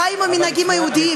חי עם המנהגים היהודיים,